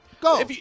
Go